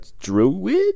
druid